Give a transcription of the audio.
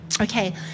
Okay